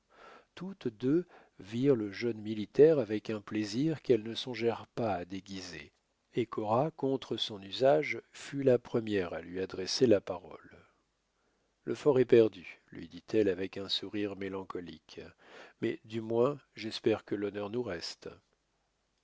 toutes deux virent le jeune militaire avec un plaisir qu'elles ne songèrent pas à déguiser et cora contre son usage fut la première à lui adresser la parole le fort est perdu lui dit-elle avec un sourire mélancolique mais du moins j'espère que l'honneur nous reste